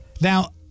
Now